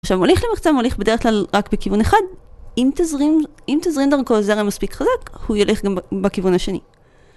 עכשיו, מוליך למחצה, מוליך בדרך כלל, רק בכיוון אחד. אם תזרים- אם תזרים דרכו זרם מספיק חזק, הוא ילך גם ב-בכיוון השני.